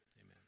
amen